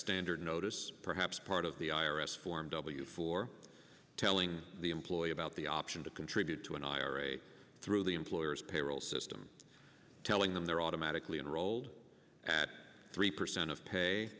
standard notice perhaps part of the i r s form w for telling the employee about the option to contribute to an ira through the employer's payroll system telling them they're automatically enrolled at three percent of pay